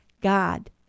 God